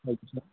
हजुर सर